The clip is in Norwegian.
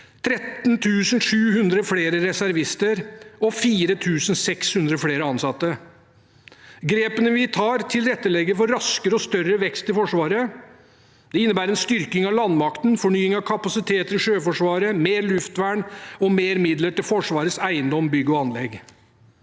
13 700 flere reservister og 4 600 flere ansatte. Grepene vi tar, tilrettelegger for raskere og større vekst i Forsvaret. Det innebærer en styrking av landmakten, fornying av kapasiteter i Sjøforsvaret, mer luftvern og mer midler til Forsvarets eiendom, bygg og anlegg.